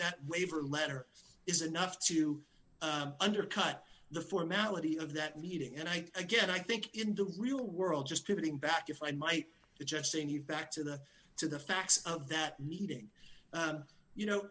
that waiver letter is enough to undercut the formality of that meeting and i again i think in the real world just getting back if i might just seeing you back to the to the facts of that meeting you know